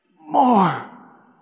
more